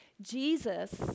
Jesus